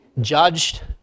judged